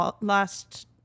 last